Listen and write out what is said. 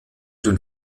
den